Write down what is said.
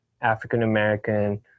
African-American